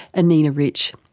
anina rich.